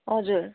हजुर